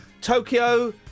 Tokyo